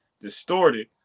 distorted